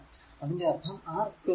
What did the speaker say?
അതിന്റെ അർഥം R eq R1 R2 ആണ്